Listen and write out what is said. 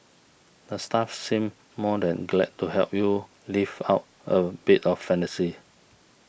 the staff seem more than glad to help you live out a bit of fantasy